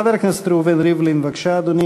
חבר הכנסת ראובן ריבלין, בבקשה, אדוני.